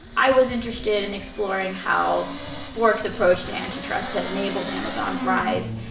i was interested in exploring how bork's approach to antitrust had enabled amazon's rise.